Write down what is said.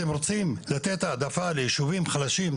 אתם רוצים לתת העדפה ליישובים חלשים,